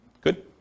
Good